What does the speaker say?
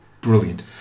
brilliant